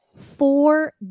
four